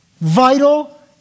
vital